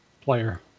player